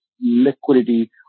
liquidity